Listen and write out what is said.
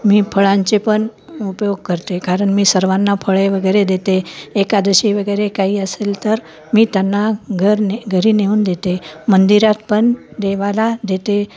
मी फळांचे पण उपयोग करते कारण मी सर्वांना फळे वगैरे देते एकादशी वगैरे काही असेल तर मी त्यांना घर न घरी नेऊन देते मंदिरात पण देवाला देते